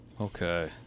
okay